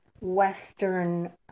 Western